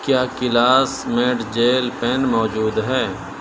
کیا classmate gel pen موجود ہے